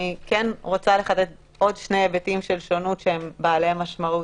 אני כן רוצה לחדד עוד שני היבטים של שונות שהם בעלי משמעות.